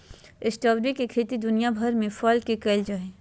strawberry के खेती दुनिया भर में फल ले कइल जा हइ